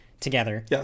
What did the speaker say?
together